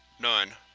none.